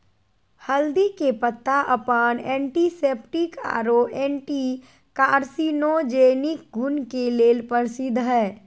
हल्दी के पत्ता अपन एंटीसेप्टिक आरो एंटी कार्सिनोजेनिक गुण के लेल प्रसिद्ध हई